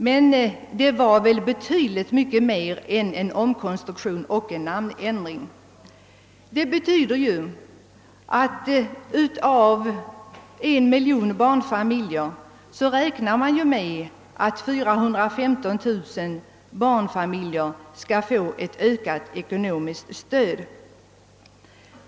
Men visst var det väl betydligt mer än en omkonstruktion och en namnändring som genomfördes — man räknar med att av en miljon barnfamiljer får 415 000 ett ökat ekonomiskt stöd.